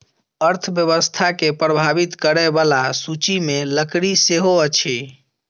अर्थव्यवस्था के प्रभावित करय बला सूचि मे लकड़ी सेहो अछि